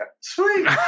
Sweet